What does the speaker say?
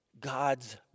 God's